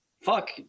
Fuck